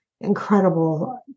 incredible